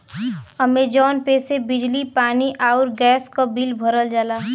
Amazon pay से बिजली पानी आउर गैस क बिल भरल जाला